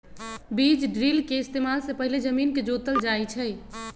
बीज ड्रिल के इस्तेमाल से पहिले जमीन के जोतल जाई छई